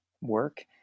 work